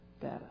better